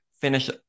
Finish